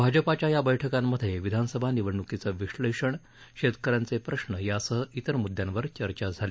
भाजपाच्या या बैठकांमधे विधानसभा निवडणुकीचं विश्लेषण शेतकऱ्यांचे प्रश्न यासह इतर मुद्यांवर चर्चा झाली